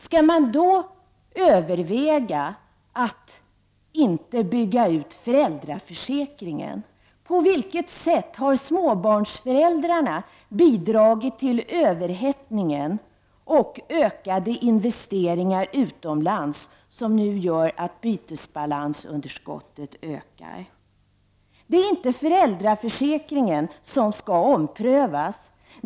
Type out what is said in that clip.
Skall man då överväga att inte bygga ut föräldraförsäkringen? På vilket sätt har småbarnsföräldrarna bidragit till överhettningen och ökningen av investeringarna utomlands, vilket nu gör att bytesbalansunderskottet ökar? Det är inte föräldraförsäkringen som skall omprövas.